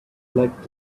black